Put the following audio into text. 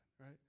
right